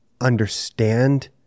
understand